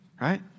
right